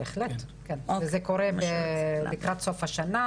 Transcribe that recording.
זה קורה לקראת סוף השנה,